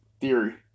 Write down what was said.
Theory